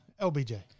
LBJ